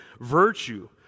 virtue